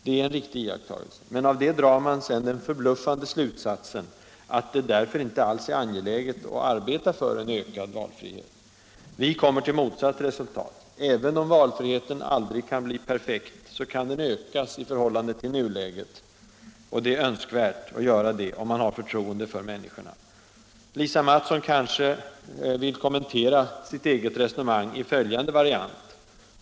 Det är en riktig iakttagelse — men av det drar man den förbluffande slutsatsen att det därför inte alls är angeläget att arbeta för en ökad valfrihet. Vi kommer till motsatt resultat —- även om valfriheten aldrig kan bli perfekt, kan den ökas i förhållande till nuläget — och det är önskvärt att göra det, om man har förtroende för människorna. Lisa Mattson kanske vill kommentera sitt eget resonemang i följande variant.